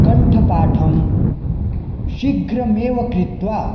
कण्ठपाठं शीघ्रमेव कृत्वा